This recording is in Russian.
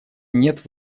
нет